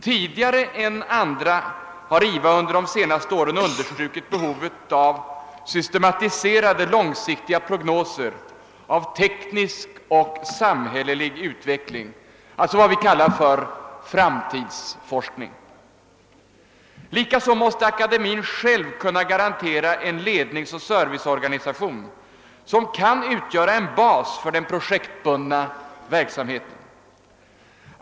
Tidigare än andra har IVA under de senaste åren understrukit behovet av systematiserade långsiktiga prognoser om teknisk och samhällelig utveckling, alltså vad vi kallar framtidsforskning. Likaså måste akademin själv kunna garantera en ledningsoch serviceorganisation som kan utgöra en bas för den projektbundna verksamheten.